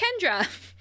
kendra